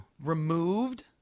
removed